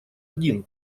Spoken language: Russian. один